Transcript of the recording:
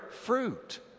fruit